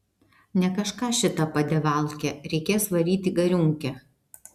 ne kažką šita padevalkė reikės varyt į gariūnkę